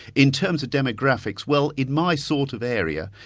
in terms of demographics, well in my sort of area,